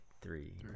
three